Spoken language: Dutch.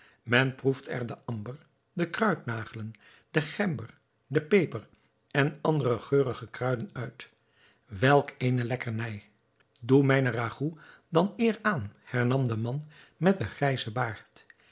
men proeft er den amber de kruidnagelen de gember de peper en andere geurige kruiden uit welk eene lekkernij doe mijne ragout dan eer aan hernam de man met den grijzen baard